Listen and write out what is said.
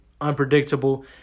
unpredictable